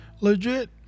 legit